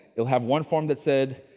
you'll have one form that said,